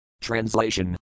Translation